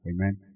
Amen